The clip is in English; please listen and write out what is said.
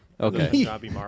Okay